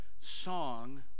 song